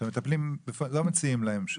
מטפלים, לא מציעים להם?